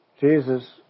Jesus